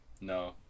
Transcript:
No